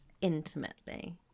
Intimately